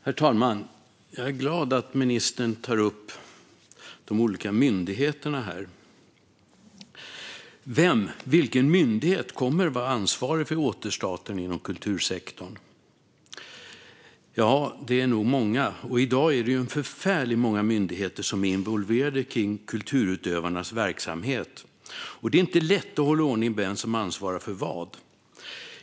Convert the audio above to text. Herr talman! Jag är glad att ministern tar upp de olika myndigheterna här. Vem eller vilken myndighet kommer att vara ansvarig för återstarten inom kultursektorn? Det är nog många. I dag är det förfärligt många myndigheter som är involverade i kulturutövarnas verksamhet, och det är inte lätt att hålla ordning på vem som ansvarar för vad.